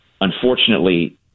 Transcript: unfortunately –